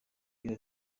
ayo